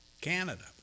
Canada